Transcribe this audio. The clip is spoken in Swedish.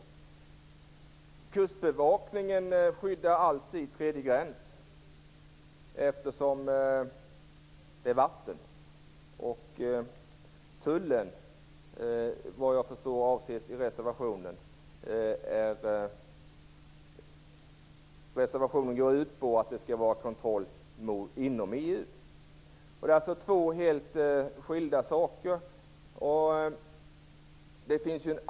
Kustbevakningen skyddar alltid tredje gräns eftersom det handlar om vatten. Vad gäller Tullen går reservationen vad jag förstår ut på att det skall vara kontroll inom EU. Detta är alltså två helt skilda saker.